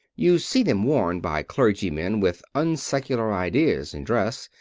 you see them worn by clergymen with unsecular ideas in dress,